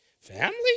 Family